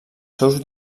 seus